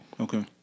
Okay